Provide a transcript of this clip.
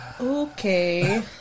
Okay